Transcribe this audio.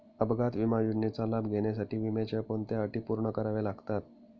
अपघात विमा योजनेचा लाभ घेण्यासाठी विम्याच्या कोणत्या अटी पूर्ण कराव्या लागतात?